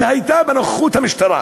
שהייתה בנוכחות המשטרה?